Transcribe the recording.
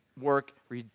work